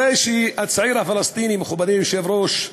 הרי כשהצעיר הפלסטיני, מכובדי היושב-ראש,